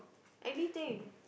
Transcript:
anything